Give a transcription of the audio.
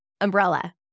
umbrella